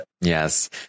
yes